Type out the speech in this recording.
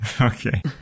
Okay